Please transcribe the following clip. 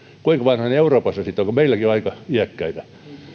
kuinka vanhoja he euroopassa sitten ovat kun meilläkin ovat aika iäkkäitä